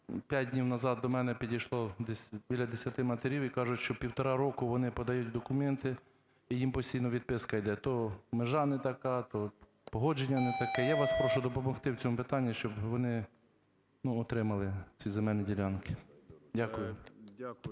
5 днів назад до мене підійшло десь біля 10 матерів і кажуть, що півтора року вони подають документи і їм постійно відписка йде, то межа не така, то погодження не таке. Я вас прошу допомогти в цьому питанні, щоб вони отримали ці земельні ділянки. Дякую.